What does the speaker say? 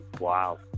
Wow